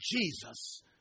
Jesus